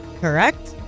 Correct